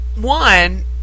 one